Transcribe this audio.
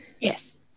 Yes